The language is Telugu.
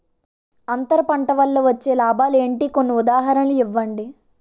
అంతర పంట వల్ల వచ్చే లాభాలు ఏంటి? కొన్ని ఉదాహరణలు ఇవ్వండి?